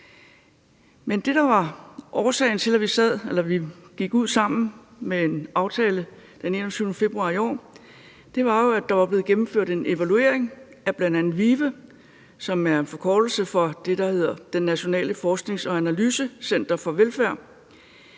Men det, der var årsagen til, at vi gik ud sammen med en aftale den 21. februar i år, var jo, at der var blevet gennemført en evaluering af bl.a. VIVE, som er en forkortelse for det, der hedder Det Nationale Forsknings- og Analysecenter for Velfærd.